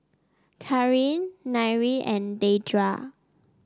Karin Nyree and Deidra